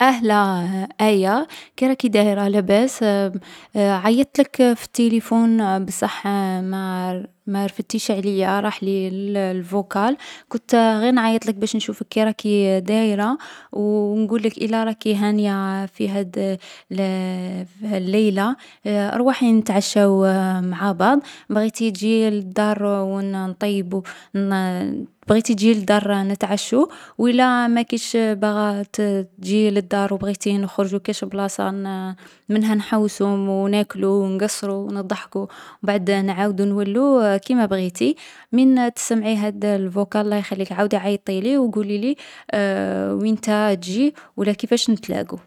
أهلا آية، كيراكي دايرة، لاباس؟ عيطت لك في التلفون بصح ما رفدتيش عليا راحلي للفوكال. كنت غير نعيطلك باش نشوفك كيراكي دايرة ونقولك إلا راكي هانية في هاد الليلة، ارواحي نتعشاو مع بعض. بغيتي تجي للدار و نطيبو، بغيتي تجي للدار نتعشو. ولا ماكيش باغا تجي للدار و بغيتي نخرجو كاش بلاصة منها نحوسو و ناكلو و نقصرو و نضحكو و مبعد نعاودو نولو، كيما يغيتي. من تسمعي هاد الفوكال، الله يخليك عاودي عيطيلي و قوليلي وينتا تجي و لا كيفاش نتلاقو.